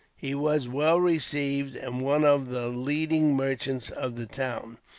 he was well received and one of the leading merchants of the town,